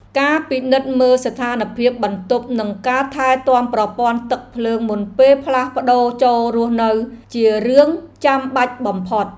ការពិនិត្យមើលស្ថានភាពបន្ទប់និងការថែទាំប្រព័ន្ធទឹកភ្លើងមុនពេលផ្លាស់ប្តូរចូលរស់នៅជារឿងចាំបាច់បំផុត។